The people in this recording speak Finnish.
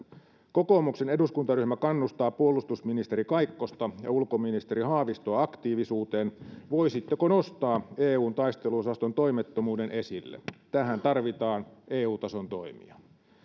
kokoomuksen eduskuntaryhmä kannustaa puolustusministeri kaikkosta ja ulkoministeri haavistoa aktiivisuuteen voisitteko nostaa eun taisteluosaston toimettomuuden esille tähän tarvitaan eu tason toimia